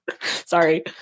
Sorry